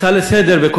לסדר-היום,